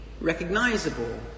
recognizable